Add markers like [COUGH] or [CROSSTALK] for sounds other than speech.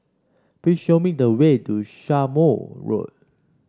please show me the way to [UNINTELLIGIBLE] Road